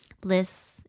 bliss